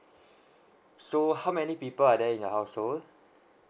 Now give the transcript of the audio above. so how many people are there in your household